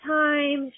time